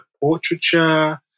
portraiture